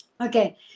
Okay